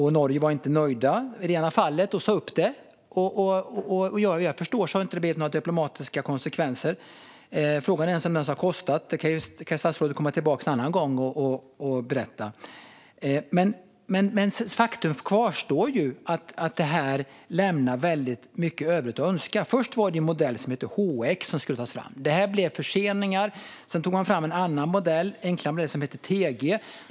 I Norge var de inte nöjda i det ena fallet utan sa upp det. Vad jag förstår har det inte blivit några diplomatiska konsekvenser av det. Frågan är om det ens har kostat något - det kan statsrådet komma tillbaka och berätta en annan gång. Faktum kvarstår att det här lämnar mycket övrigt att önska. Först var det en modell som hette HX som skulle tas fram. Där blev det förseningar. Sedan tog man fram en annan, enklare modell som hette TG.